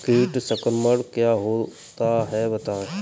कीट संक्रमण क्या होता है बताएँ?